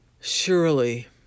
Surely